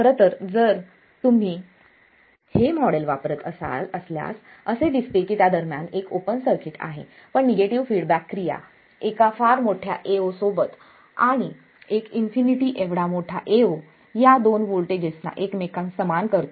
खरं तर जर तुम्ही हे मॉडेल वापरत असल्यास असे दिसते की त्या दरम्यान ते एक ओपन सर्किट आहे पण निगेटिव्ह फीडबॅक क्रिया एका फार मोठ्या Ao सोबत एक इन्फिनिटी एवढा मोठा Ao या दोन वोल्टेजना एकमेकांसमान करतो